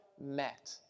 met